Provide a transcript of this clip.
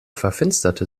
verfinsterte